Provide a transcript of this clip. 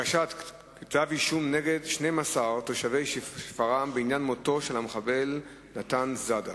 הגשת כתבי אישום נגד 12 תושבי שפרעם בעניין מותו של המחבל נתן זאדה.